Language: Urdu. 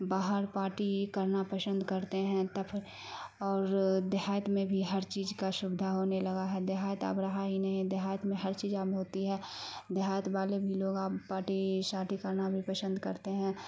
باہر پارٹی کرنا پسند کرتے ہیں اور دیہات میں بھی ہر چیز کا سویدھا ہونے لگا ہے دیہات اب رہا ہی نہیں دیہات میں ہر چیز اب ہوتی ہے دیہات والے بھی لوگ اب پارٹی شارٹی کرنا بھی پسند کرتے ہیں